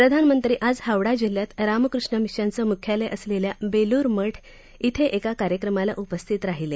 प्रधानमंत्री आज हावडा जिल्ह्यात रामकृष्ण मिशनचं मुख्यालय असलेल्या बेलूर मठ इथं एका कार्यक्रमाला उपस्थित राहिले